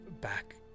back